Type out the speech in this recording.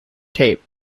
tape